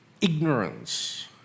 ignorance